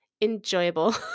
enjoyable